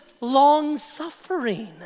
long-suffering